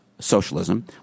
socialism